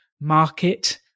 market